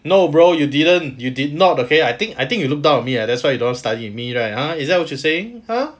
no bro you didn't you did not okay I think I think you look down on me that's why you don't want to study with me right !huh! is that what you saying !huh!